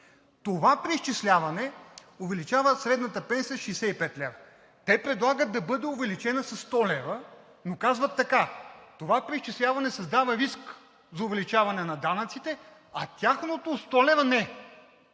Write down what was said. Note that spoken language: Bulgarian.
това преизчисляване увеличава средната пенсия с 65 лв., те предлагат да бъде увеличена със 100 лв., но казват така: това преизчисляване създава риск за увеличаване на данъците, а тяхното 100 лв.